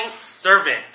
servant